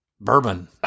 bourbon